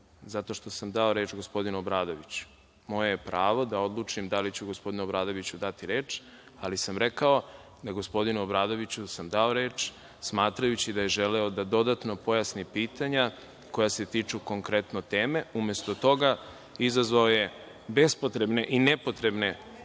zato što sam dao reč gospodinu Obradoviću. Moje je pravo da odlučim da li ću gospodinu Obradoviću dati reč, ali sam rekao da sam gospodinu Obradoviću dao reči smatrajući da je želeo da dodatno pojasni pitanja koja se tiču konkretno teme. Umesto toga izazvao je bespotrebne i nepotrebne